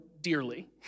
dearly